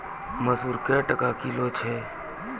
मसूर क्या टका किलो छ?